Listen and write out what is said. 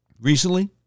recently